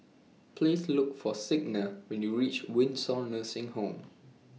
Please Look For Signa when YOU REACH Windsor Nursing Home